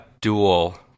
dual